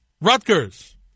Rutgers